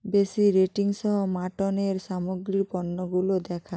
বেশি রেটিংসহ মাটনের সামগ্রীর পণ্যগুলো দেখা